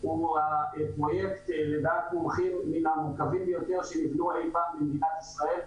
הוא הפרויקט לדעת מומחים מין המורכבים ביותר שנבנו אי-פעם במדינת ישראל.